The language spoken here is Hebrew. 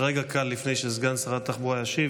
רגע קל לפני שסגן שרת התחבורה ישיב,